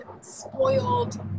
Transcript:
spoiled